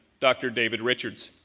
dr. david richards.